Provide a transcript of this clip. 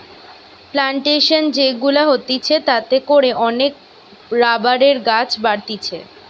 plantation যে গুলা হতিছে তাতে করে অনেক রাবারের গাছ বাড়তিছে